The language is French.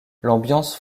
l’ambiance